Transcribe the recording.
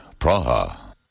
Praha